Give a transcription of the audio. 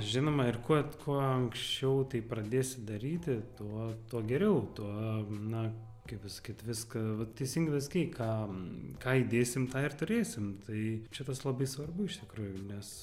žinoma ir kuo kuo anksčiau tai pradėsi daryti tuo tuo geriau tuo na kaip pasakyt viską va teisingai pasakei ką ką įdėsim tą ir turėsim tai čia tas labai svarbu iš tikrųjų nes